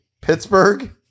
Pittsburgh